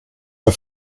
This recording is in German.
für